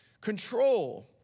Control